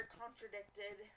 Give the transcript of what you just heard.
contradicted